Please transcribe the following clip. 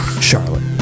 Charlotte